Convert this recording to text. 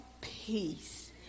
peace